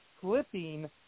flipping